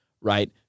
Right